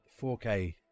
4K